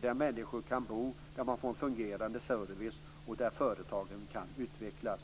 Då kan människor bo kvar. Man får en fungerande service, och företagen kan utvecklas.